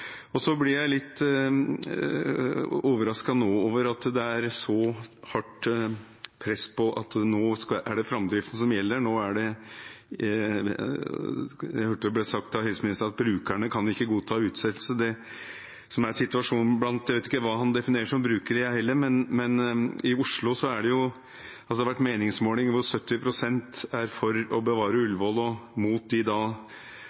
Så blir jeg litt overrasket over at det er så hardt press på at nå er det framdrift som gjelder – jeg hørte det ble sagt av helseministeren at brukerne ikke kan godta utsettelse. Jeg vet ikke hva han definerer som brukere, jeg heller, men i Oslo har det vært meningsmålinger hvor 70 pst. er for å bevare Ullevål og mot de